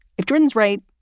if twins, right,